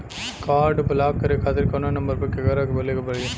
Card block करे खातिर कवना नंबर पर केकरा के बोले के परी?